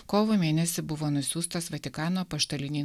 kovo mėnesį buvo nusiųstas vatikano apaštalinei